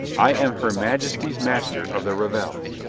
i am her majesty's master of the revels.